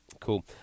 cool